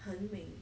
很美